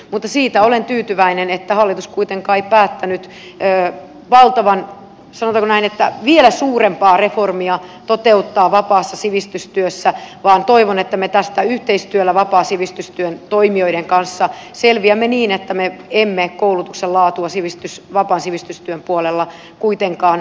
mutta siitä olen tyytyväinen että hallitus kuitenkaan ei päättänyt sanotaanko näin vielä suurempaa reformia toteut taa vapaassa sivistystyössä ja toivon että me tästä yhteistyöllä vapaan sivistystyön toimijoiden kanssa selviämme niin että me emme koulutuksen laatua vapaan sivistystyön puolella kuitenkaan uhkaa